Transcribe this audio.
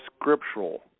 scriptural